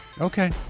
Okay